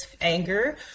anger